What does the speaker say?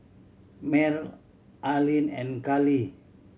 Mel Arline and Karly